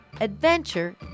adventure